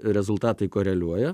rezultati koreliuoja